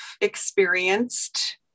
experienced